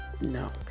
No